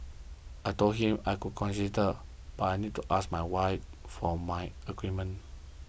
I told him I would consider but I need to ask my wife for my agreement